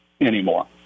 anymore